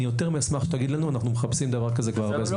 אני יותר מאשר אשמח שתגיד לנו כי אנחנו מחפשים דבר כזה כבר הרבה זמן.